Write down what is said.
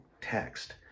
text